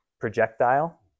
projectile